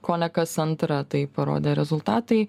kone kas antrą tai parodė rezultatai